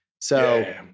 So-